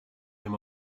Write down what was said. him